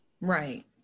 Right